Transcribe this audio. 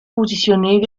positionnée